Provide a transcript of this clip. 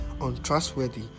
untrustworthy